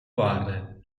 waarde